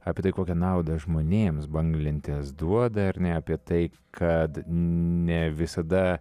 apie tai kokią naudą žmonėms banglentės duoda ar ne apie tai kad ne visada